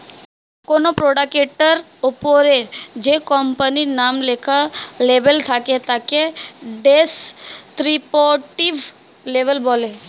কোনো প্রোডাক্টের ওপরে যে কোম্পানির নাম লেখা লেবেল থাকে তাকে ডেসক্রিপটিভ লেবেল বলে